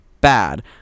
bad